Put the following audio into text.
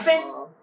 (uh huh)